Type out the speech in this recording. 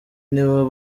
nibo